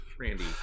Randy